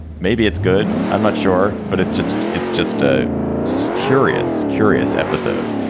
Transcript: maybe it's good. i'm not sure. but it's just it's just a so curious, curious episode,